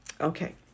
Okay